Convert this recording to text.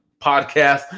Podcast